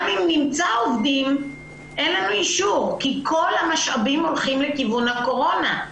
גם אם נמצא עובדים אין לנו אישור כי כל המשאבים הולכים לכיוון הקורונה.